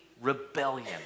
rebellion